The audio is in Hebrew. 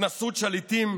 התנשאות שליטים,